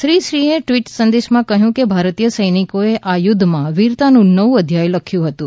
શ્રી સિંહે ટ્વીટ સંદેશમાં કહ્યું કે ભારતીય સૈનિકોએ આ યુદ્ધમાં વીરતાનું નવું અધ્યાય લખ્યું હતું